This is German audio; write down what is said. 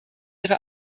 ihre